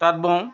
তাঁত বওঁ